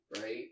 right